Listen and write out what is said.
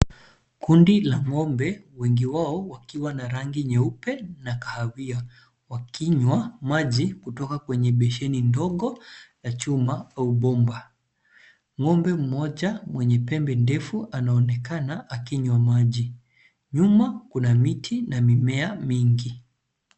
Kundi la ngombe wengi wao wakiwa na rangi nyeupe na ya kahawia wakinywa maji kutoka kwenye besheni ndogo ya chuma au bomba. Ngombe mmoja na mwenye pembe ndefu anaonekana akinywa maji. Nyuma kuna miti na mimea mingi.